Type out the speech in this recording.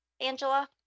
Angela